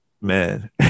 man